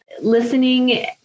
Listening